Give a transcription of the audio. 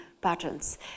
patterns